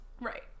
Right